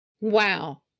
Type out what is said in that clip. Wow